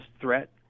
threat